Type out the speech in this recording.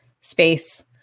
space